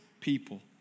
people